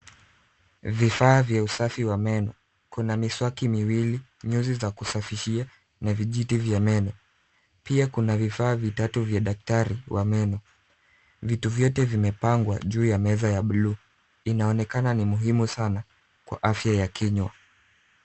Vifaa vya usafi wa meno, kuna miswaki, miwili nyote vya kusafishia na vijiti vya meno, pia kuna vifaa vitatu vya daktari wa meno. Vitu vyote imepngwa juu ya meza ya buluu, inaonekana ni muhimu sana kwa afya ya kinywa.